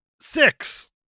Six